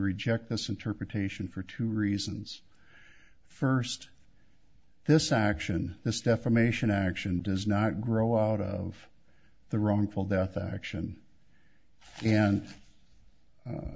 reject this interpretation for two reasons first this action this defamation action does not grow out of the wrongful death action and